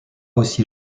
aussi